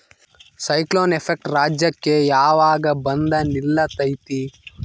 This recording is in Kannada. ಸೈಕ್ಲೋನ್ ಎಫೆಕ್ಟ್ ರಾಜ್ಯಕ್ಕೆ ಯಾವಾಗ ಬಂದ ನಿಲ್ಲತೈತಿ?